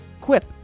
Quip